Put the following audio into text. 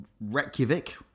Reykjavik